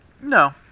No